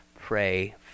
pray